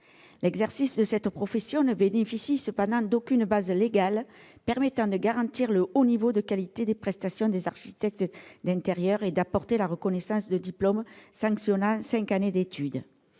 L'exercice de cette profession ne bénéficie cependant d'aucune base légale permettant de garantir le haut niveau de qualité des prestations des architectes d'intérieur et d'apporter la reconnaissance de diplômes sanctionnant cinq années d'études.